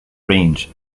range